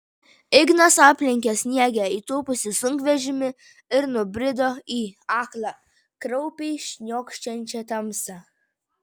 ignas aplenkė sniege įtūpusį sunkvežimį ir nubrido į aklą kraupiai šniokščiančią tamsą